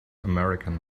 american